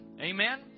Amen